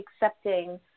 accepting